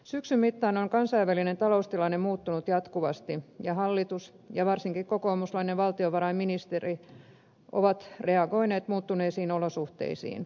syksyn mittaan on kansainvälinen taloustilanne muuttunut jatkuvasti ja hallitus ja varsinkin kokoomuslainen valtiovarainministeri ovat reagoineet muuttuneisiin olosuhteisiin